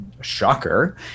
shocker